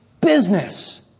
business